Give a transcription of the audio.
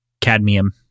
Cadmium